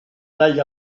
dagli